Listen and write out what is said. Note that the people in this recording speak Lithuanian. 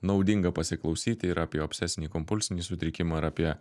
naudinga pasiklausyti ir apie obsesinį kompulsinį sutrikimą ir apie